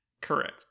Correct